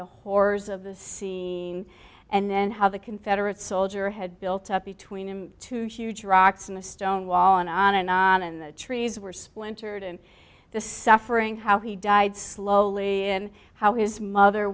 the horrors of the scene and how the confederate soldier had built up between him to huge rocks and a stone wall and on and on and the trees were splintered and the suffering how he died slowly and how his mother